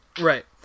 right